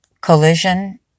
collision